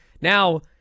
Now